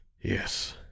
Yes